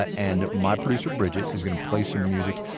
ah and my producer, bridget, is going to play some music,